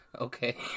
Okay